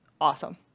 awesome